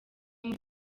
muri